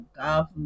God